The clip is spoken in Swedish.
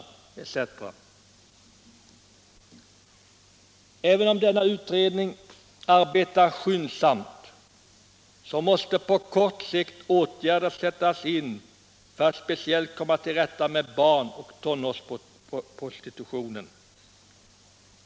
— pornografi och Även om denna utredning arbetar skyndsamt så måste på kort sikt prostitution åtgärder sättas in för att speciellt komma till rätta med barn och tonårsprostitutionen.